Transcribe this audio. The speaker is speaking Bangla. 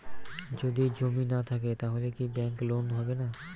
যদি জমি না থাকে তাহলে কি ব্যাংক লোন হবে না?